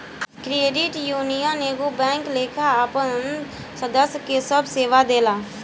credit union एगो bank लेखा आपन सदस्य के सभ सेवा देला